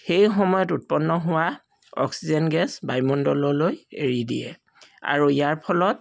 সেই সময়ত উৎপন্ন হোৱা অক্সিজেন গেছ বায়ুমণ্ডললৈ এৰি দিয়ে আৰু ইয়াৰ ফলত